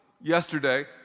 yesterday